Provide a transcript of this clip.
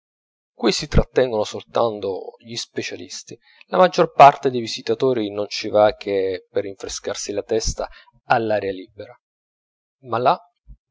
qui si trattengono soltanto gli specialisti la maggior parte dei visitatori non ci va che per rinfrescarsi la testa all'aria libera ma là